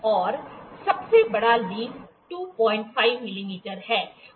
और सबसे बड़ा पत्ता 25 मिमी है